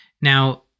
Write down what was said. Now